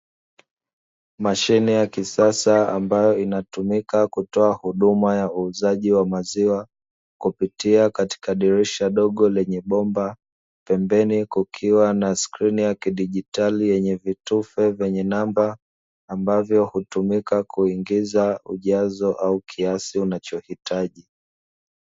Mashine ya kisasa ambayo inatumika kutoa huduma ya uuzaji wa maziwa kupitia katika dirisha dogo lenye bomba, pembeni kukiwa na skirini ya kidigitali yenye vitufe vyenye namba, ambavyo hutumika kuingiza ujazo au kiasi unachohitaji.